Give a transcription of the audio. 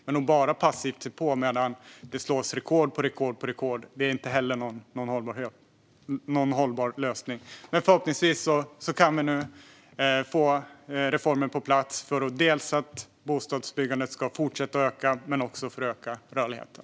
Men att bara passivt se på medan det slås rekord på rekord är ingen hållbar lösning. Men förhoppningsvis kan vi nu få reformer på plats för att bostadsbyggandet ska fortsätta att öka, men också för att öka rörligheten.